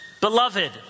Beloved